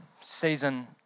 season